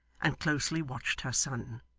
and closely watched her son.